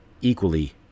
equally